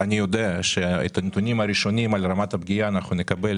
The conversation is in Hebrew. אני יודע שאת הנתונים הראשונים על רמת הפגיעה נקבל